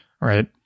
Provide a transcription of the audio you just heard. right